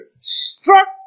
struck